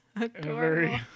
Adorable